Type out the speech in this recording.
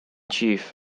chief